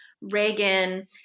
Reagan